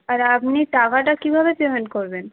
আর আপনি টাকাটা কিভাবে পেমেন্ট করবেন